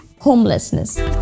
homelessness